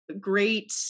great